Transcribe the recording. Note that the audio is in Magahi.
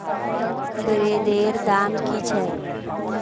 ब्रेदेर दाम की छेक